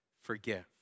forgive